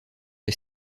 les